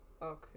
Okay